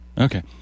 Okay